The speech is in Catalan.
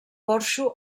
porxo